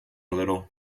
little